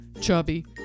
chubby